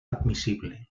admissible